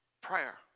prayer